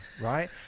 right